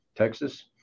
Texas